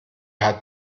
hat